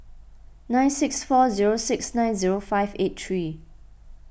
nine six four zero six nine zero five eight three